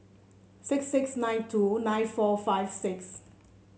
six six nine two nine four five six